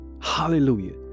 Hallelujah